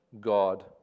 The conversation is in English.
God